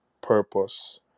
purpose